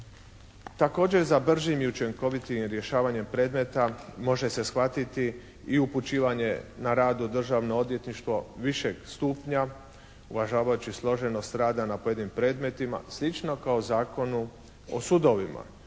Također za bržim i učinkovitijim rješavanjem predmeta može se shvatiti i upućivanje na rad u Državno odvjetništvo višeg stupnja uvažavajući složenost rada na pojedinim predmetima slično kao Zakonu o sudovima